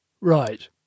Right